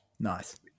Nice